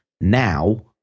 now